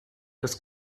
das